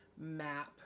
map